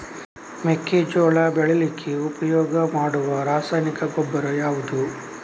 ಮೆಕ್ಕೆಜೋಳ ಬೆಳೀಲಿಕ್ಕೆ ಉಪಯೋಗ ಮಾಡುವ ರಾಸಾಯನಿಕ ಗೊಬ್ಬರ ಯಾವುದು?